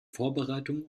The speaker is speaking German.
vorbereitung